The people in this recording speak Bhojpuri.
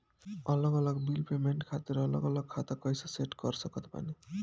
अलग अलग बिल पेमेंट खातिर अलग अलग खाता कइसे सेट कर सकत बानी?